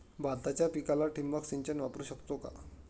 भाताच्या पिकाला ठिबक सिंचन वापरू शकतो का?